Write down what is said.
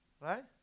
right